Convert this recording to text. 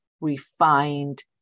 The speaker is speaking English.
refined